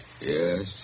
Yes